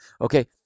okay